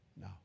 No